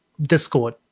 discord